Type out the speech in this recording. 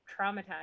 traumatized